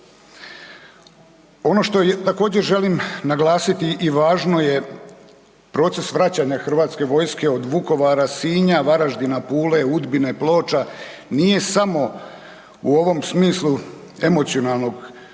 Ono što također želim naglasiti i važno je, proces vraćanja hrvatske vojske od Vukovara, Sinja, Varaždina, Pule, Udbine, Ploča nije samo u ovom smislu emocionalnog značenja